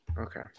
Okay